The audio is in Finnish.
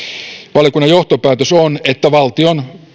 valiokunnan johtopäätös on että valtion